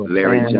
Larry